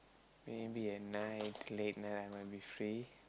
maybe at night late night I might be free